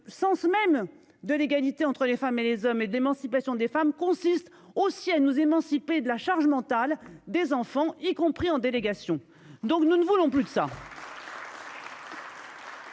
le sens même de l'égalité entre les femmes et les hommes et de l'émancipation des femmes consiste aussi à nous émanciper de la charge mentale des enfants y compris en délégation. Donc nous ne voulons plus de ça.